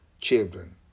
children